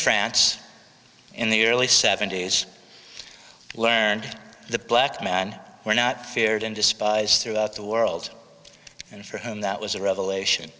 france in the early seventy's learned the black man were not feared and despised throughout the world and for whom that was a revelation